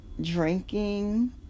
drinking